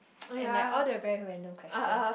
and like all the very random question